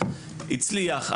הצליח,